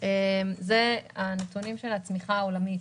אלה הנתונים של הצמיחה העולמית.